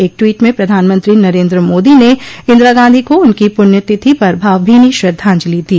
एक ट्वीट में प्रधानमंत्री नरेंद्र मोदो ने इंदिरा गांधी को उनकी पुण्यतिथि पर भावभीनी श्रद्धांजलि दी